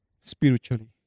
spiritually